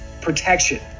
protection